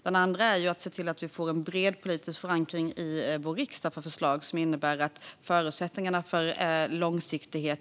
Det andra är att se till att vi får en bred politisk förankring i riksdagen för förslag som innebär att det finns förutsättningar för långsiktighet.